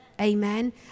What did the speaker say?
Amen